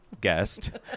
Guest